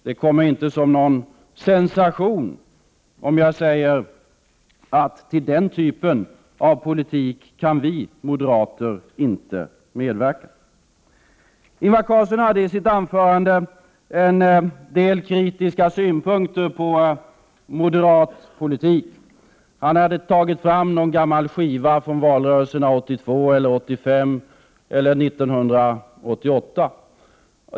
Det kommer inte som någon sensation om jag säger att till den typen av politik kan vi moderater inte medverka. Ingvar Carlsson hade i sitt anförande en del kritiska synpunkter på moderat politik. Han hade tagit fram någon gammal skiva från valrörelserna 1982, 1985 eller 1988.